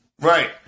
Right